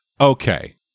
Okay